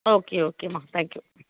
okay ஓகேம்மா thank you